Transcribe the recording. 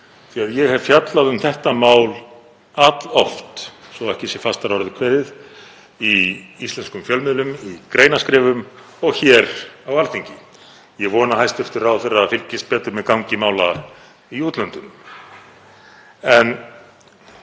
því að ég hef fjallað um þetta mál alloft, svo að ekki sé fastar að orði kveðið, í íslenskum fjölmiðlum, í greinaskrifum og hér á Alþingi. Ég vona að hæstv. ráðherra fylgist betur með gangi mála í útlöndum.